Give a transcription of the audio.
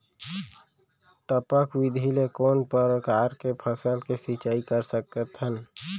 टपक विधि ले कोन परकार के फसल के सिंचाई कर सकत हन?